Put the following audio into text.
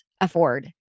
afford